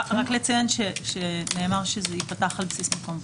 לציין שנאמר שזה ייפתח על בסיס מקום פנוי.